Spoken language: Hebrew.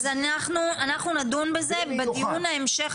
אז אנחנו נדון בזה בדיון ההמשך,